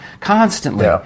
constantly